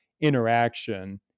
interaction